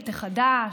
את החדש,